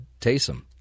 Taysom